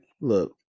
Look